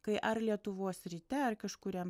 kai ar lietuvos ryte ar kažkuriam